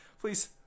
Please